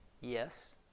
Yes